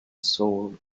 sold